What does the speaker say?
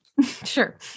Sure